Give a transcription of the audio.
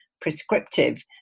prescriptive